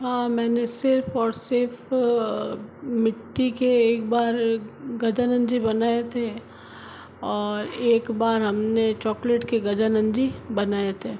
हाँ मैंने सिर्फ और सिर्फ मिट्टी के एक बार गजानन जी बनाए थे और एक बार हमने चॉकलेट के गजानन जी बनाए थे